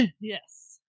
Yes